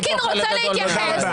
אלקין רוצה להתייחס.